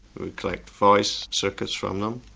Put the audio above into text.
we collect voice circuits from them,